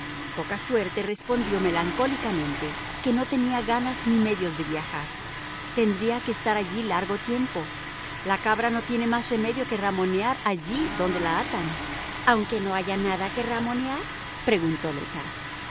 poca suerte respondió melancólicamente que no tenía ganas ni medios de viajar tendría que estar allí largo tiempo la cabra no tiene más remedio que ramonear allí donde la atan aunque no haya nada que ramonear preguntó